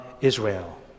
Israel